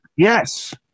Yes